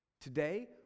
Today